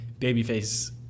babyface